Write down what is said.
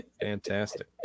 fantastic